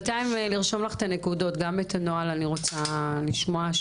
גם על הנוהל אני רוצה לשמוע,